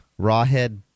Rawhead